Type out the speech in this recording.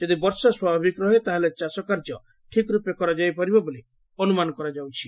ଯଦି ବର୍ଷା ସ୍ୱାଭାବିକ ରହେ ତା'ହେଲେ ଚାଷ କାର୍ଯ୍ୟ ଠିକ୍ ର୍ପେ କରାଯାଇପାରିବ ବୋଲି ଅନୁମାନ କରାଯାଉଛି